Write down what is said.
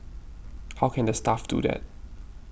how can the staff do that